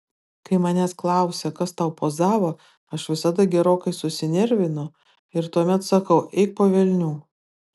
kai manęs klausia kas tau pozavo aš visada gerokai susinervinu ir tuomet sakau eik po velnių